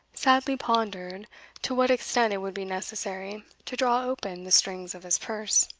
sadly pondered to what extent it would be necessary to draw open the strings of his purse.